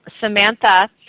Samantha